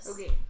Okay